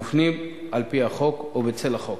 המופנים על-פי החוק או בצל החוק.